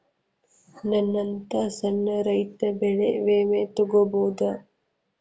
ನನ್ನಂತಾ ಸಣ್ಣ ರೈತ ಬೆಳಿ ವಿಮೆ ತೊಗೊಬೋದ?